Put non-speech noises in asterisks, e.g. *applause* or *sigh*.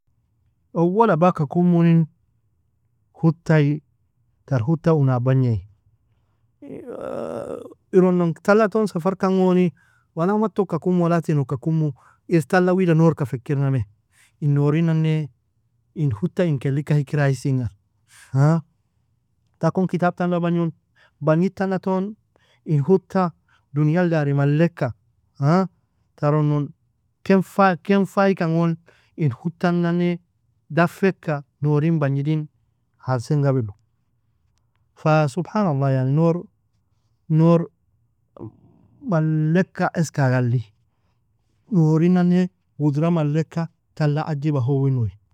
Owal abaka kummunen huttaai, tar huttaa un abagnai, *hesitation* ironon tala ton safarkan goni, walaa matooka kumu walaa tinooka kumu, ir tala wida nourka fekirname, in nourinane, in huttaai in keleka hekir aiseinga? *hesitation* takon kitab tana bagnon bagnid tana ton in huttaa duniaal daari malleka *hesitation* taron non ken faai kan gon in huttaan nane dafwekka nourin bagnidin haalsen gabilo *hesitation* سبحان الله yani nour nour malleka eska aga alli norinane قدرة maleka tala agiba howin uui.